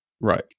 Right